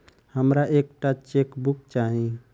हमरा एक टा चेकबुक चाहि